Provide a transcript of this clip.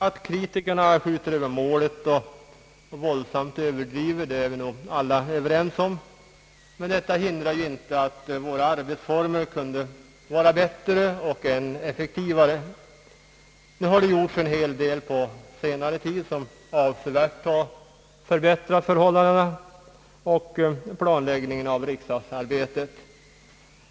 Att kritikerna skjuter över målet och våldsamt överdriver är vi nog alla överens om. Men detta hindrar inte att våra arbetsformer kunde vara bättre och effektivare. Nu har det gjorts en hel del på senare tid, vilket avsevärt förbättrat förhållandena och planläggningen av riksdagsarbetet.